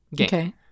Okay